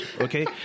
okay